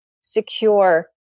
secure